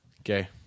Okay